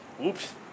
oops